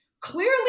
Clearly